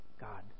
God